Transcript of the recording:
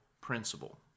principle